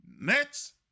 next